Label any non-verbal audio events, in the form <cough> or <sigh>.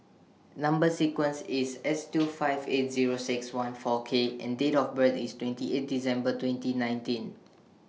Number sequence IS S <noise> two five eight Zero six one four K and Date of birth IS twenty eight December twenty nineteen